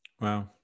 wow